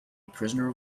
prisoner